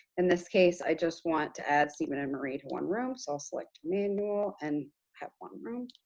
in this case, i just want to add steven and marie to one room, so i'll select manual and have one room.